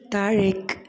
താഴേക്ക്